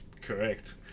Correct